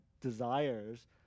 desires